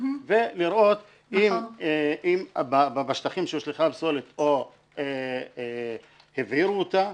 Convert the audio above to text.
ולראות אם בשטחים שהושלכה פסולת או הבעירו אותה,